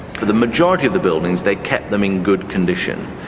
for the majority of the buildings, they kept them in good condition,